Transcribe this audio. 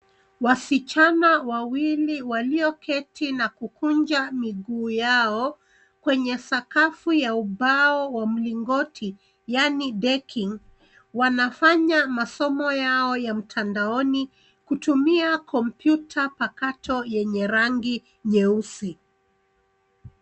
Wasichana wawili walioketi na kukunja miguu yao kwenye sakafu ya ubao wa mlingoti yaani decking . Wanafanya masomo yao ya mtandaoni kutumia kompyuta pakato yenye rangi nyeusi.